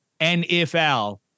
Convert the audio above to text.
NFL